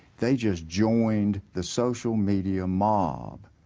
they just joined the social media mob.